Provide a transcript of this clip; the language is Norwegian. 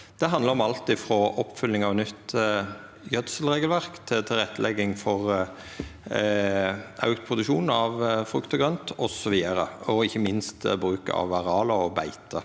Det handlar om alt frå oppfylging av nytt gjødselregelverk til tilrettelegging for auka produksjon av frukt og grønt osv. Ikkje minst bruk av areala og beite